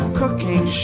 cooking